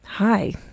Hi